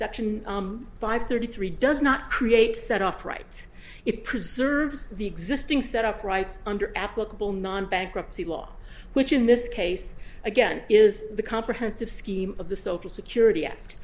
section five thirty three does not create set off right it preserves the existing set of rights under applicable non bankruptcy law which in this case again is the comprehensive scheme of the social security act